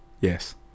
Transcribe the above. Yes